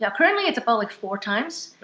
currently it's about like four times.